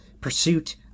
pursuit